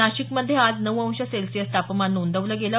नाशिक मध्ये आज नऊ अंश सेल्सिअस तापमान नोंदवलं गेलं